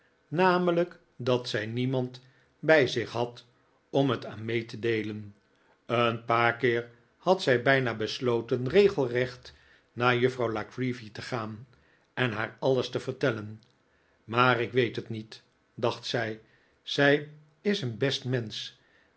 namelijk dat zij niemand bij zich had om het aan mee te deelen een paar keer had zij bijna besloten regelrecht naar juffrouw la creevy te gaan en haar alles te vertellen maar ik weet t niet dacht zij zij is een best mensch